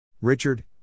Richard